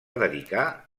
dedicar